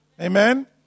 Amen